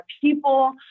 people